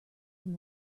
from